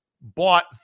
bought